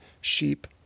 sheep